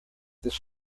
this